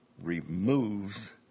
removes